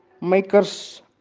makers